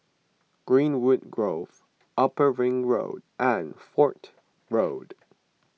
Greenwood Grove Upper Ring Road and Fort Road